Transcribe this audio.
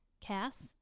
Cass